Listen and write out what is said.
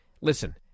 Listen